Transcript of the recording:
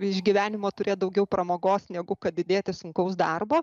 iš gyvenimo turėt daugiau pramogos negu kad didėti sunkaus darbo